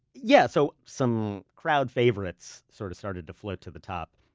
yeah so some crowd favorites sort of started to float to the top.